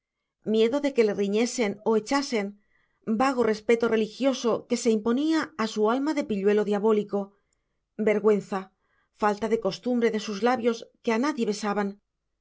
miedo de que le riñesen o echasen vago respeto religioso que se imponía a su alma de pilluelo diabólico vergüenza falta de costumbre de sus labios que a nadie besaban